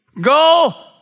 Go